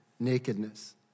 Nakedness